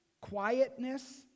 quietness